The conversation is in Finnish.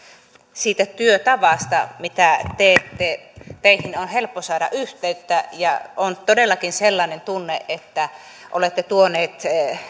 siitä työtavasta miten teette teihin on helppo saada yhteyttä ja on todellakin sellainen tunne että olette tuonut